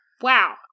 Wow